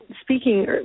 speaking